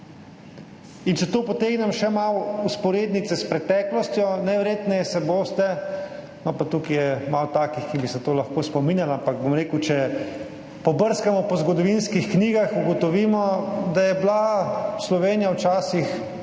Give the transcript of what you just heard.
In če tu potegnem še malo vzporednice s preteklostjo, najverjetneje se boste, tukaj je sicer malo takih, ki bi se tega lahko spominjali, ampak bom rekel, če pobrskamo po zgodovinskih knjigah, ugotovimo, da je bila Slovenija včasih